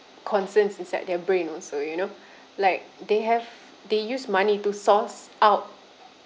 concerns inside their brain also you know like they have they use money to source out